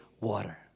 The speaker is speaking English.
water